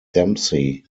dempsey